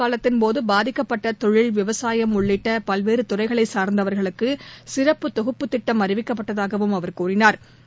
காலத்தின்போதபாதிக்கப்பட்டதொழில் ஊரடங்கு விவசாயம் உள்ளிட்டபல்வேறுதுறைகளைசாா்ந்தவா்களுக்குசிறப்பு தொஞ்பபுத் திட்டம் அறிவிக்கப்பட்டதாகவும் அவர் கூறினாா்